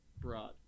Broad